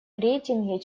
рейтинге